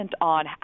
on